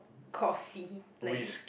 coffee like y~